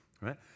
right